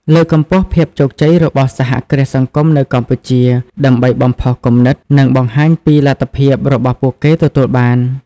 លើកកម្ពស់ភាពជោគជ័យរបស់សហគ្រាសសង្គមនៅកម្ពុជា ដើម្បីបំផុសគំនិត និងបង្ហាញពីលទ្ធភាពរបស់ពួកគេទទួលបាន ។